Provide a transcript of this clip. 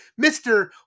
Mr